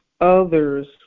others